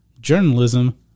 journalism